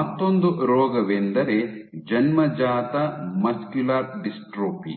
ಮತ್ತೊಂದು ರೋಗವೆಂದರೆ ಜನ್ಮಜಾತ ಮಸ್ಕ್ಯುಲರ್ ಡಿಸ್ಟ್ರೋಫಿ